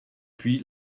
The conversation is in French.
puis